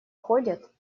ходят